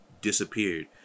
Disappeared